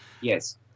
Yes